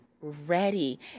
ready